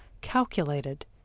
calculated